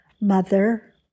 Mother